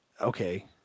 Okay